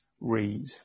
read